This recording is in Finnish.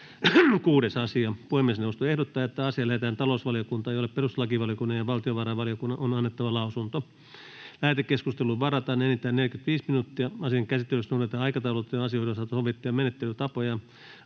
6. asia. Puhemiesneuvosto ehdottaa, että asia lähetetään talousvaliokuntaan, jolle perustuslakivaliokunnan ja valtiovarainvaliokunnan on annettava lausunto. Lähetekeskusteluun varataan enintään 45 minuuttia. Asian käsittelyssä noudatetaan aikataulutettujen asioiden osalta sovittuja menettelytapoja.